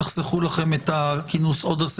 אני מסתכל על סעיף קטן (ד) ומסתכל על